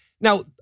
now